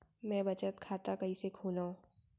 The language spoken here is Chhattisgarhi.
मै बचत खाता कईसे खोलव?